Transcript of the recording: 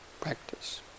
practice